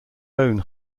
own